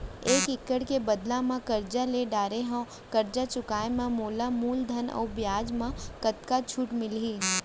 एक एक्कड़ के बदला म करजा ले डारे हव, करजा चुकाए म मोला मूलधन अऊ बियाज म कतका छूट मिलही?